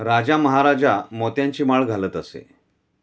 राजा महाराजा मोत्यांची माळ घालत असे